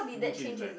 freaking change his life